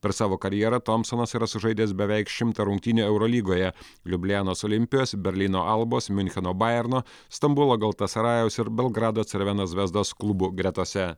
per savo karjerą tompsonas yra sužaidęs beveik šimtą rungtynių eurolygoje liublianos olimpijos berlyno albos miuncheno baerno stambulo galatasarajaus ir belgrado cervena zvezdos klubų gretose